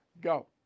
Go